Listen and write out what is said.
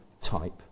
type